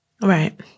right